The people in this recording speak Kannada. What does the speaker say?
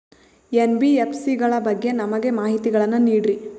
ಎನ್.ಬಿ.ಎಫ್.ಸಿ ಗಳ ಬಗ್ಗೆ ನಮಗೆ ಮಾಹಿತಿಗಳನ್ನ ನೀಡ್ರಿ?